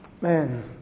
man